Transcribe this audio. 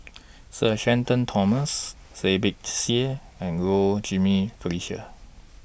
Sir Shenton Thomas Seah Peck Seah and Low Jimenez Felicia